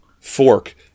fork